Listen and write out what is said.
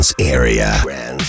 area